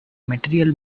material